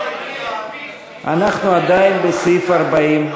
אנחנו עדיין בסעיף 40,